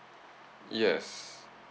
yes